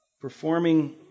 performing